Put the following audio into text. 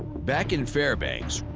back in fairbanks.